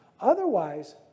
Otherwise